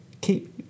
keep